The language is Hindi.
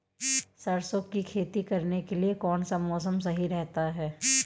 सरसों की खेती करने के लिए कौनसा मौसम सही रहता है?